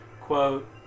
Quote